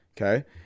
Okay